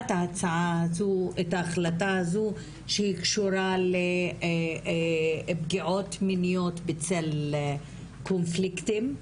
את ההחלטה הזו שקשורה לפגיעות מיניות בצל קונפליקטים,